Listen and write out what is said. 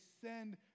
send